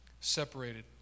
separated